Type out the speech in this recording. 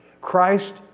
Christ